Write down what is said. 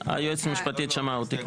היועצת המשפטית שמעה אותי.